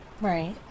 Right